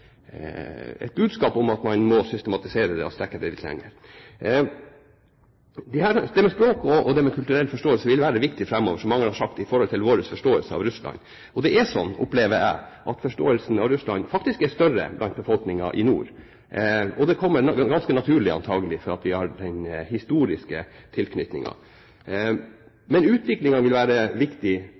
og strekke dette litt lenger. Dette med språk og kulturell forståelse vil være viktig framover, som mange har sagt, for vår forståelse av Russland. Jeg opplever at forståelsen av Russland faktisk er større blant befolkningen i nord, og det kommer ganske naturlig antakelig fordi vi har den historiske tilknytningen. Men utviklingen i nord vil være viktig